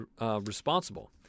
responsible